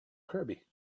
kirby